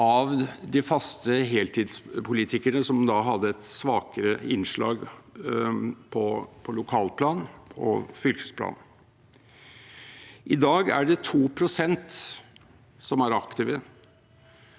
I dag er det 2 pst. som er aktive, og selv om det ikke er stemning for å diskutere det i dag, er jeg overbevist om at når legitimitetsgrunnlaget blir svekket,